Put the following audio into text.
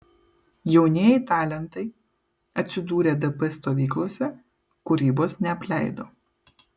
jaunieji talentai atsidūrę dp stovyklose kūrybos neapleido